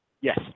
Yes